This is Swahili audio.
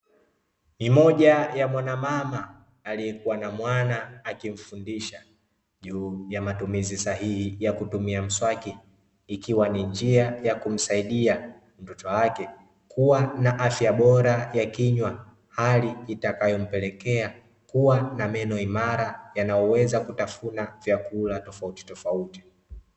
Ni moja ya mwanamama aliyekuwa na mwana akimfundisha, juu ya matumizi sahihi ya kutumia mswaki, ikiwa ni njia ya kumsaidia mtoto wake kuwa na afya bora ya kinywa, hali itakayompelekea kuwa na meno imara, yanayoweza kutafuna vyakula vya aina tofautitofauti.